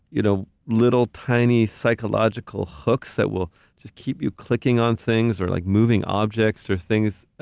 you know, little tiny psychological hooks that will just keep you clicking on things or like moving objects or things,